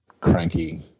cranky